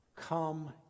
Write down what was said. Come